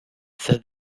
said